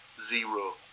zero